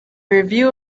review